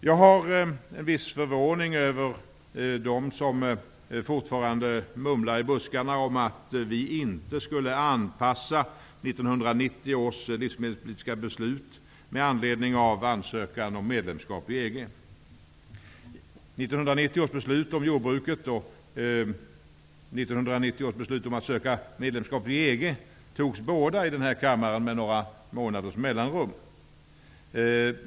Jag känner viss förvåning över dem som fortfarande mumlar i buskarna om att vi inte skulle anpassa 1990 års livsmedelspolitiska beslut med anledning av ansökan om medlemskap i EG. 1990 års beslut om jordbruket och 1990 års beslut om att söka medlemskap i EG fattades båda i denna kammare med några månaders mellanrum.